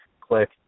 Click